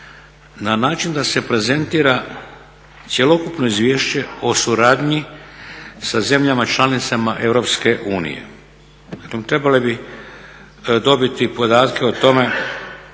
na način da se prezentira cjelokupno izvješće o suradnji sa zemljama članicama EU. Daklem, trebale bi dobiti podatke o tome